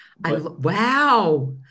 Wow